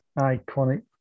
Iconic